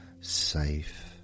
safe